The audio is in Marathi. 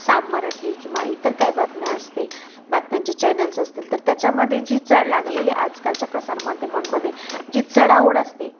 साम मराठी किंवा इतर काही बातम्या असतील बातम्यांचे चॅनल्स असतील तर त्याच्यामध्ये जी च लागलेली आजकालच्या प्रसारमाध्यमांमध्ये जी चढाओढ असते